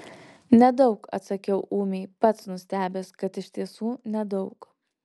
nedaug atsakiau ūmiai pats nustebęs kad iš tiesų nedaug